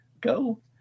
go